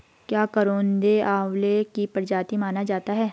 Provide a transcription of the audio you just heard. क्या करौंदा आंवले की प्रजाति माना जाता है?